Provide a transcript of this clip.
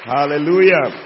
Hallelujah